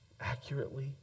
accurately